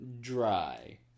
dry